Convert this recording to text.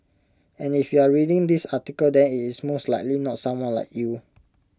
and if you are reading this article then IT is most likely not someone like you